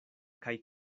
kaj